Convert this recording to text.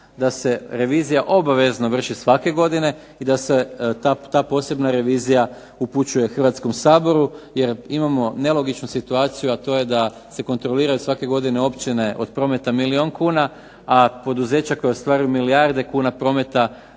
da se revizija obavezno vrši svake godine i da se ta posebna revizija upućuje Hrvatskom saboru jer imamo nelogičnu situaciju, a to je da se kontroliraju svake godine općine od prometa milijun kuna, a poduzeća koja ostvaruju milijarde kuna prometa